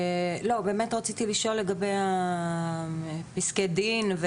באמת רציתי לשאול לגבי פסקי הדין,